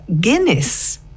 Guinness